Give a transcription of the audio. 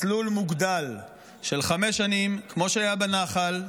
מסלול מוגדל של חמש שנים כמו שהיה בנח"ל,